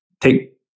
Take